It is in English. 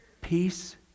Peace